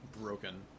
broken